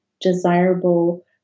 desirable